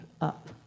up